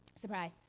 Surprise